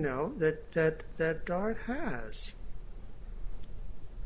know that that guard has